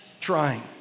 trying